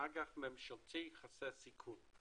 לאג"ח ממשלתי חסר סיכון.